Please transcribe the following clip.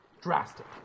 drastic